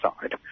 side